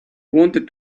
wanted